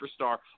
superstar